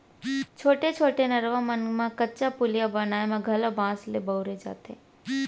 छोटे छोटे नरूवा मन म कच्चा पुलिया बनाए म घलौ बांस ल बउरे जाथे